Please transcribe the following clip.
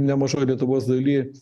nemažoj lietuvos daly